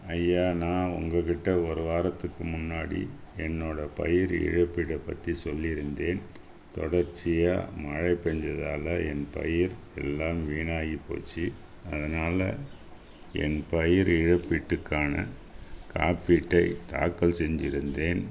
ஐயா நான் உங்கள்கிட்ட ஒரு வாரத்துக்கு முன்னாடி என்னோடய பயிர் இழப்பீட்டைப் பற்றி சொல்லியிருந்தேன் தொடர்ச்சியாக மழை பேஞ்சதாலே என் பயிர் எல்லாம் வீணாகி போச்சு அதனால் என் பயிர் இழப்பீட்டுக்கான காப்பீட்டை தாக்கல் செஞ்சுருந்தேன்